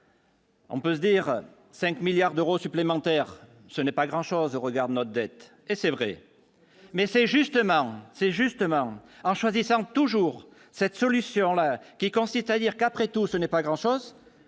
On peut dire 5 milliards d'euros supplémentaires, ce n'est pas grand-chose au regard de notre dette, et c'est vrai, mais c'est justement c'est justement en choisissant toujours cette solution-là qui consiste à dire qu'après tout ce n'est pas grand chose